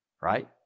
Right